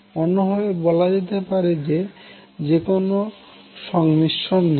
অন্য ভাবে বলাযেতে পারে যে কেনো সংমিশ্রণ নীতি